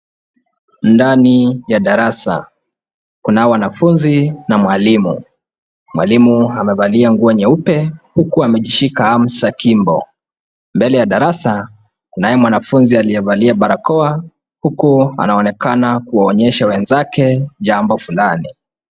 Ndani ya darasa kunao wanafunzi na mwalimu. Mwalimu amevalia nguo nyeupe huku amejishika hamsa kimbo. Mbele ya darasa kunaye mwanafunzi aliyevalia barakoa huku anaonekana kuwaonyesha wenzake jambo fulani.